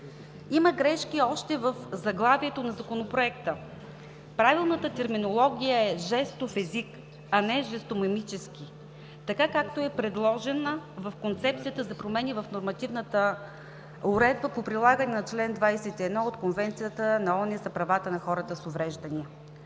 Има грешки още в заглавието на Законопроекта. Правилната терминология е „жестов език“, а не жестомимически, така както е предложена в концепцията за промени в нормативната уредба по прилагане на чл. 21 от Конвенцията на ООН за правата на хората с увреждания.